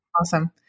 Awesome